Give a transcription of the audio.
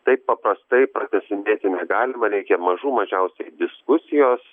taip paprastai pratęsinėti negalima reikia mažų mažiausiai diskusijos